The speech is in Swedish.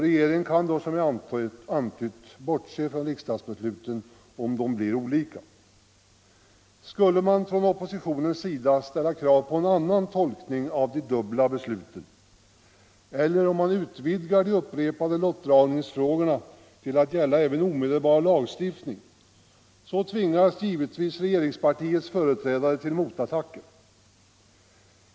Regeringen kan då, som jag antytt, bortse från riksdagsbesluten, om de blir motstridiga. Skulle man från oppositionen ställa krav på en annan tolkning av de dubbla besluten eller utvidga området för de upprepade lottdragningsfrågorna till att gälla även omedelbar lagstiftning, tvingas givetvis regeringspartiets företrädare till motattacker.